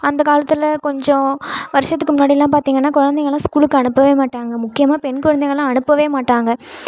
அந்த காலத்தில் கொஞ்சம் வருஷத்துக்கு முன்னாடில்லாம் பார்த்தீங்கன்னா கொழந்தைங்களலாம் ஸ்கூலுக்கு அனுப்பவே மாட்டாங்க முக்கியமாக பெண் குழந்தைகள்லாம் அனுப்பவே மாட்டாங்க